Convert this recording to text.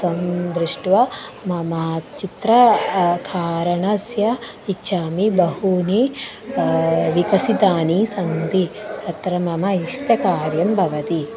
तं दृष्ट्वा मम चित्र करणस्य इच्छामि बहूनि विकसितानि सन्ति तत्र मम इष्टकार्यं भवति